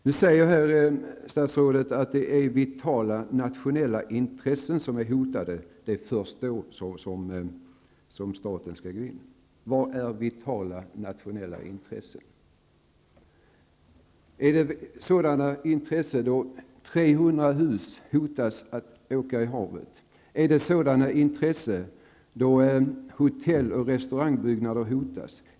Nu säger statsrådet att det är först när vitala nationella intressen är hotade som staten skall gå in. Vad är vitala nationella intressen? Är det då 300 hus riskerar att försvinna ut i havet? Är det då hotelloch restaurangbyggnader hotas?